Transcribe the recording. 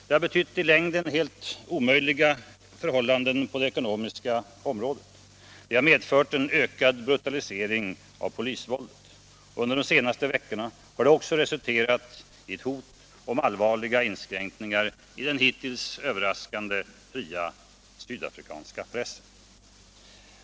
Det har betytt i längden helt omöjliga förhållanden på det ekonomiska samhällsområdet. Det har medfört en ökad brutalisering av polisvåldet. Under de senaste veckorna har det också resulterat i hot om allvarliga inskränkningar i den hittills relativt fria sydafrikanska pressen.